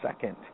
second